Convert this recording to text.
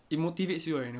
it motivates you ah in a way